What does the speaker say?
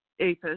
APIS